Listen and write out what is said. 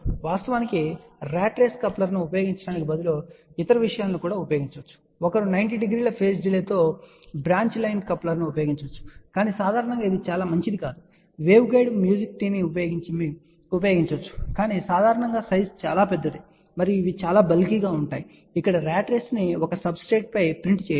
వాస్తవానికి rat race కప్లర్ను ఉపయోగించటానికి బదులుగా ఒకరు ఇతర విషయాలను కూడా ఉపయోగించవచ్చు ఒకరు 90 డిగ్రీల డిలే తో బ్రాంచ్ లైన్ కప్లర్ను ఉపయోగించవచ్చు కాని సాధారణంగా ఇది చాలా మంచిది కాదు వేవ్గైడ్ మ్యాజిక్ టీ ని ఉపయోగించవచ్చు కాని సాధారణంగా సైజ్ చాలా పెద్దది మరియు ఇవి చాలా బల్కీ గా ఉంటాయి ఇక్కడ ర్యాట్ రేసును ఒక సబ్స్ట్రేట్ పై ప్రింట్ చేయవచ్చు